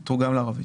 הוא תורגם לערבית.